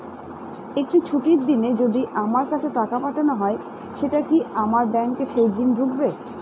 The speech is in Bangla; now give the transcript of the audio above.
একটি ছুটির দিনে যদি আমার কাছে টাকা পাঠানো হয় সেটা কি আমার ব্যাংকে সেইদিন ঢুকবে?